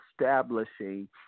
establishing